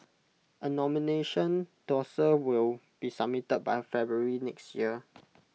A nomination dossier will be submitted by February next year